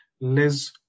Liz